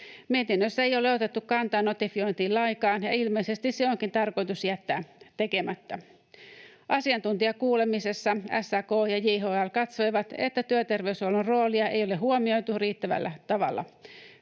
Mietinnössä ei ole otettu kantaa notifiointiin lainkaan, ja ilmeisesti se onkin tarkoitus jättää tekemättä. Asiantuntijakuulemisessa SAK ja JHL katsoivat, että työterveyshuollon roolia ei ole huomioitu riittävällä tavalla.